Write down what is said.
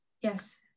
yes